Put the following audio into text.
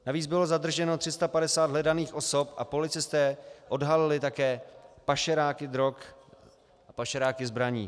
Navíc bylo zadrženo 350 hledaných osob a policisté odhalili také pašeráky drog a pašeráky zbraní.